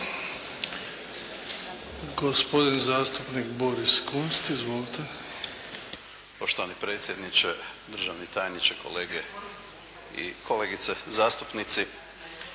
Gospodin zastupnik Boris Kunst. Izvolite. **Kunst, Boris (HDZ)** Poštovani predsjedniče, državni tajniče, kolege i kolegice zastupnici.